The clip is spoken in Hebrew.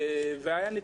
היה יכול לקבל מלגה.